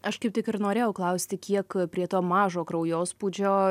aš kaip tik ir norėjau klausti kiek prie to mažo kraujospūdžio